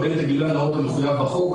כולל את הגילוי הנאות המחויב בחוק,